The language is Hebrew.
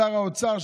שר האוצר,